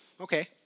Okay